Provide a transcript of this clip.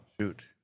shoot